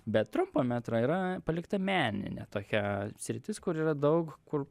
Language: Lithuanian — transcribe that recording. bet trumpo metro yra palikta meninė tokia sritis kur yra daug kur